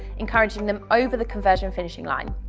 encouraging them over the conversion finishing line.